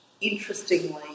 interestingly